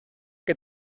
que